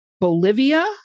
Bolivia